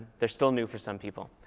they're still new for some people.